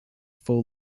full